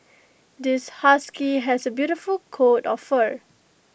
this husky has A beautiful coat of fur